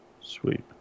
Sweet